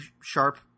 sharp